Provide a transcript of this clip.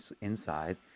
inside